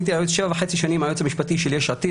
הייתי שבע וחצי שנים היועץ המשפטי של יש עתיד,